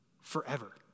forever